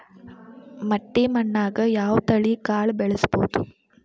ಮಟ್ಟಿ ಮಣ್ಣಾಗ್, ಯಾವ ತಳಿ ಕಾಳ ಬೆಳ್ಸಬೋದು?